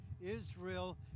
Israel